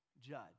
judge